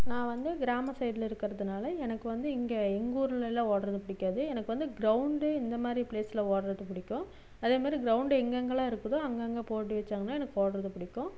நான் வந்து கிராம சைடில் இருக்கிறதுனால எனக்கு வந்து இங்கே எங்கூர்லெல்லாம் ஓடுறது பிடிக்காது எனக்கு வந்து கிரௌண்டு இந்த மாதிரி ப்ளேஸில் ஓடுறது பிடிக்கும் அதே மாதிரி கிரௌண்டு எங்கெங்கெலாம் இருக்குதோ அங்கங்கே போட்டி வச்சாங்கனால் எனக்கு ஓடுறது பிடிக்கும்